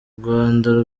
rwanda